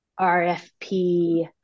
RFP